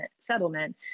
settlement